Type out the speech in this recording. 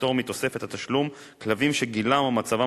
לפטור מתוספת התשלום בעלי כלבים שגילם או מצבם